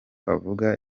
avuga